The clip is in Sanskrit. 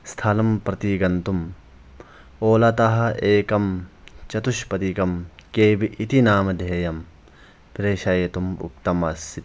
स्थलं प्रति गन्तुम् ओला तः एकं चतुष्पदीकं केब् इति नामधेयं प्रेषयतुम् उक्तमसीत्